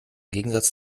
gegensatz